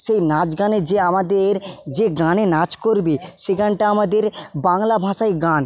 সেই নাচ গানে যে আমাদের যে গানে নাচ করবে সেই গানটা আমাদের বাংলা ভাষায় গান